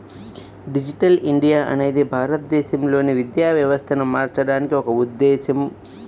digital India అనేది భారతదేశంలోని విద్యా వ్యవస్థను మార్చడానికి ఒక ఉద్ధేశం